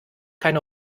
keine